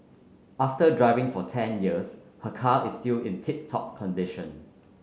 after driving for ten years her car is still in tip top condition